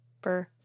Burr